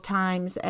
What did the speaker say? times